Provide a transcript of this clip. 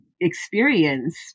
experience